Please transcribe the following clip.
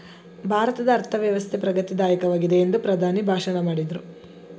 ಭಾರತದ ಅರ್ಥವ್ಯವಸ್ಥೆ ಪ್ರಗತಿ ದಾಯಕವಾಗಿದೆ ಎಂದು ಪ್ರಧಾನಿ ಭಾಷಣ ಮಾಡಿದ್ರು